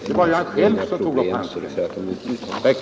Det var ju herr Levin själv som tog upp debatten.